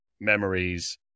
memories